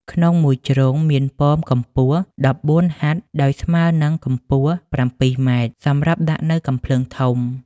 ក្នុងមួយជ្រុងមានប៉មកម្ពស់ ១៤ហត្ថ ដោយស្មើនិងកម្ពស់ ៧ម៉ែត្រ សម្រាប់ដាក់នៅកាំភ្លើងធំ ។